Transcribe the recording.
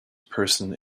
person